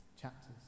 chapters